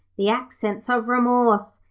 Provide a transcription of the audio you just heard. the accents of remorse,